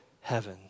heaven